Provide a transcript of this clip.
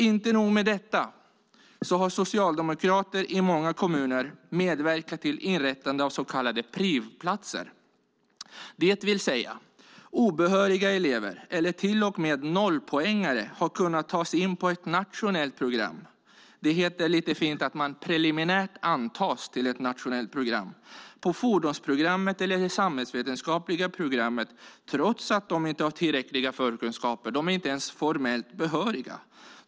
Inte nog med detta, utan socialdemokrater i många kommuner har medverkat till inrättande av så kallade privplatser, det vill säga att obehöriga elever eller till och med nollpoängare har kunnat tas in på ett nationellt program. Det heter lite fint att de preliminärt antas till ett nationellt program, till exempel fordonsprogrammet eller det samhällsvetenskapliga programmet, trots att de inte har tillräckliga förkunskaper. De är inte ens formellt behöriga.